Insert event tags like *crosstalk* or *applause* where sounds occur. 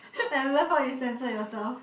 *laughs* I love how you censor yourself